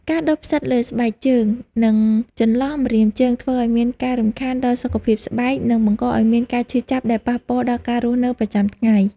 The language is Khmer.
ការដុះផ្សិតលើស្បែកជើង និង ចន្លោះម្រាមជើងធ្វើឱ្យមានការរំខានដល់សុខភាពស្បែក និង បង្កឱ្យមានការឈឺចាប់ដែលប៉ះពាល់ដល់ការរស់នៅប្រចាំថ្ងៃ។